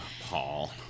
Paul